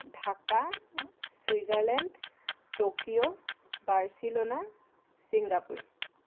Dhaka Switzerland Tokyo Barcelona Singapore